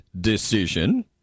decision